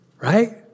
Right